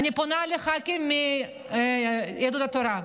אני פונה לח"כים מיהדות התורה: